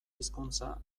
hizkuntza